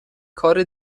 کار